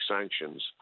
sanctions